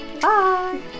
Bye